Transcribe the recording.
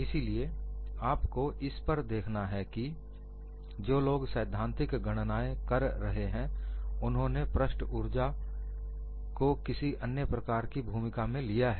इसलिए आपको इस पर देखना है कि जो लोग सैद्धांतिक गणनाएं कर रहे हैं उन्होंने पृष्ठ ऊर्जा को किसी अन्य प्रकार की भूमिका में लिया है